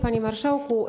Panie Marszałku!